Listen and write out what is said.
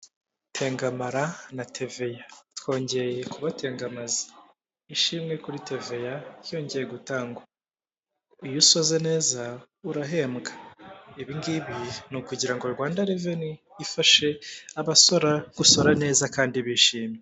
Tengamara na TVA Twongeye kubatengamaza. Ishimwe kuri TVA, ryongeye gutangwa. Iyo usoze neza urahembwa. Ibi ngibi ni ukugira ngo Rwanda Revenue, ifashe abasora gusora neza kandi bishimye.